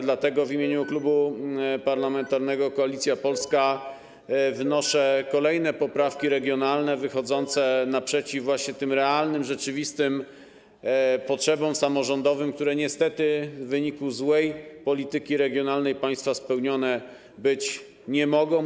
Dlatego w imieniu Klubu Parlamentarnego Koalicja Polska wnoszę kolejne poprawki regionalne, wychodzące naprzeciw właśnie rzeczywistym potrzebom samorządowym, które niestety w wyniku złej polityki regionalnej państwa nie mogą być spełnione.